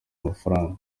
amafaranga